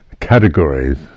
categories